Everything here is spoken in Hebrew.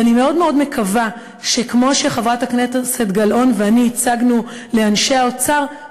ואני מאוד מאוד מקווה שכמו שחברת הכנסת גלאון ואני ייצגנו לאנשי האוצר,